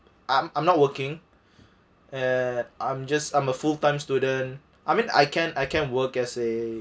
I'm I'm not working uh I'm just I'm a full time student I mean I can I can work as a